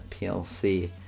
PLC